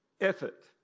effort